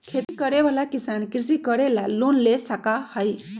खेती करे वाला किसान कृषि करे ला लोन ले सका हई